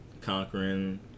Conquering